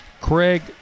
Craig